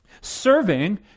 Serving